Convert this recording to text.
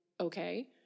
okay